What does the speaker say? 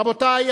רבותי,